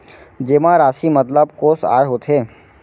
जेमा राशि मतलब कोस आय होथे?